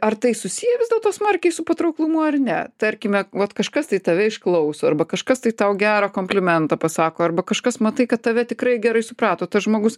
ar tai susiję vis dėlto smarkiai su patrauklumu ar ne tarkime vat kažkas tai tave išklauso arba kažkas tai tau gerą komplimentą pasako arba kažkas matai kad tave tikrai gerai suprato tas žmogus